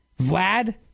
Vlad